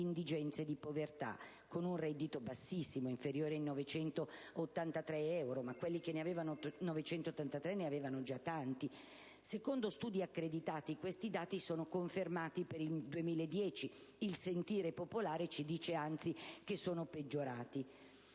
indigenza e di povertà, con un reddito bassissimo, inferiore ai 983 euro mensili. Ma quelli che ne avevano 983, ne avevano già tanti! Secondo studi accreditati, questi dati sono confermati per il 2010. Il sentire popolare ci dice anzi che sono peggiorati.